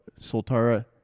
Soltara